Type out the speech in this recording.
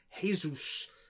Jesus